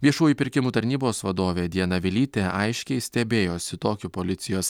viešųjų pirkimų tarnybos vadovė diana vilytė aiškiai stebėjosi tokiu policijos